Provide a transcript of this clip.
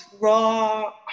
raw